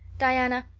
diana,